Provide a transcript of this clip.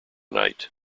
night